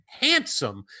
handsome